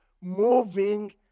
moving